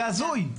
זה הזוי.